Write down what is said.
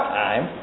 time